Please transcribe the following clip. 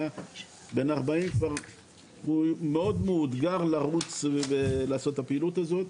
בן 40 הוא כבר מאוד מאותגר לרוץ ולעשות את הפעילות הזו.